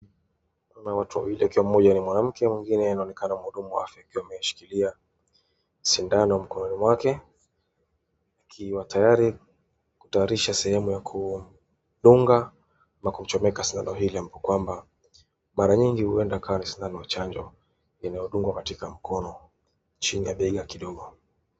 Kuna watu wawili ikiwa moja ni mwanamke mwingine anaoneka mhudumu wa afya akiwa ameshikilia sindano mkononi mwake akiwa tayari kutayarisha sehemu ya kudunga na kuchomeka sindano hili ambapo kwamba mara nyingi huenda ikawa ni sindano ya chanjo inayodungwa katika mkono chini ya bega kidogo.